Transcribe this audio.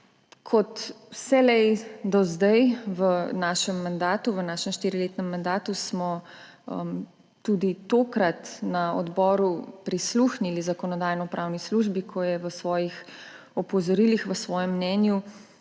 Kot vselej do zdaj v našem v našem štiriletnem mandatu smo tudi tokrat na odboru prisluhnili Zakonodajno-pravni službi, ko je v svojih opozorilih, v svojem mnenju